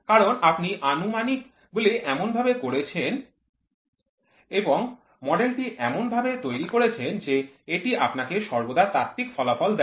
কারণ আপনি অনুমানগুলি এমন ভাবে করেছেন এবং মডেলটি এমন ভাবে তৈরি করেছেন যে এটি আপনাকে সর্বদা তাত্ত্বিক ফলাফল দেয়